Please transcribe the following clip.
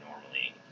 normally